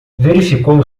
verificou